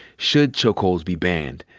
should chokeholds be banned,